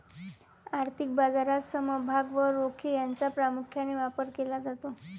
आर्थिक बाजारात समभाग व रोखे यांचा प्रामुख्याने व्यापार केला जातो